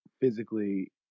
physically